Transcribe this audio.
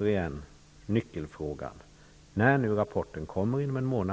vara här i Stockholm. Nyckelfrågan är: Får vi pengarna när rapporten kommer inom en månad?